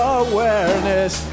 awareness